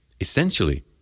essentially